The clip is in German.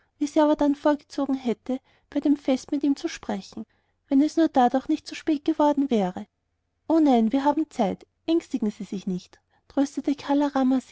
wie sie aber dann vorgezogen hätte bei dem fest mit ihm zu sprechen wenn es nur dadurch nicht zu spät geworden wäre o nein wir haben zelt ängstigen sie sich nicht tröstete kala rama